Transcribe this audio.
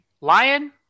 lion